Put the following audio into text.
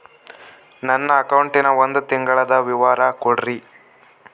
ನನ್ನ ಅಕೌಂಟಿನ ಒಂದು ತಿಂಗಳದ ವಿವರ ಕೊಡ್ರಿ?